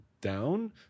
down